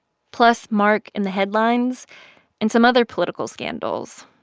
plus mark in the headlines and some other political scandals,